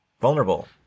vulnerable